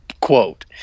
quote